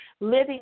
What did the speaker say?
living